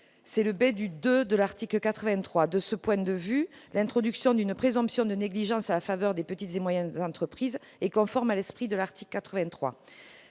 délibérément ou par négligence. De ce point de vue, l'introduction d'une présomption de négligence en faveur des petites et moyennes entreprises est conforme à l'esprit de l'article que